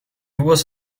was